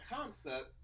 concept